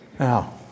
Now